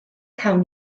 cawn